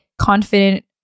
confident